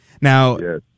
Now